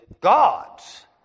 God's